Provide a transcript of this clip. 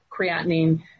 creatinine